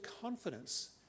confidence